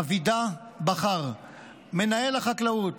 אבידע בכר, מנהל החקלאות,